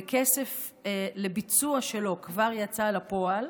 וכסף לביצוע שלו כבר יצא לפועל,